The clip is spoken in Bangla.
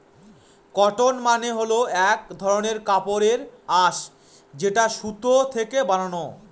কটন মানে হল এক ধরনের কাপড়ের আঁশ যেটা সুতো থেকে বানানো